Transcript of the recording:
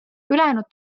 ülejäänud